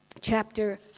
chapter